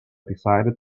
decided